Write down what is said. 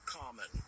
common